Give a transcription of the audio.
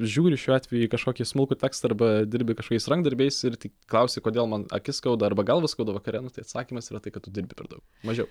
žiūri šiuo atveju į kažkokį smulkų tekstą arba dirbi kažkokiais rankdarbiais ir tik klausi kodėl man akis skauda arba galvą skauda vakare nu tai atsakymas yra tai kad tu dirbi per daug mažiau